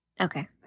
Okay